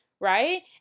right